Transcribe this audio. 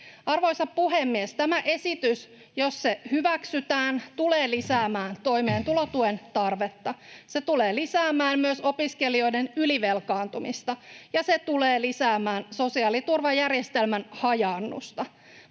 Arvoisa puhemies! Tämä esitys, jos se hyväksytään, tulee lisäämään toimeentulotuen tarvetta. Se tulee lisäämään myös opiskelijoiden ylivelkaantumista, ja se tulee lisäämään sosiaaliturvajärjestelmän hajaannusta.